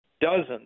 dozens